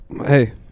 hey